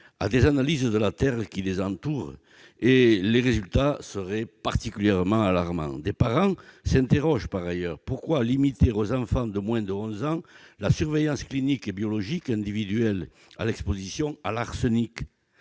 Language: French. à des analyses de la terre qui les entoure. Les résultats seraient particulièrement alarmants. Des parents s'interrogent par ailleurs : pourquoi limiter aux enfants de moins de 11 ans la surveillance clinique et biologique individuelle à l'exposition à l'arsenic